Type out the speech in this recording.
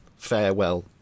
farewell